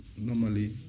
normally